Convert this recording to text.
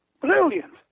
Brilliant